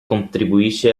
contribuisce